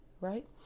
right